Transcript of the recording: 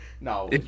No